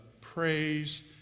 praise